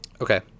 Okay